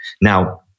Now